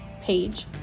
page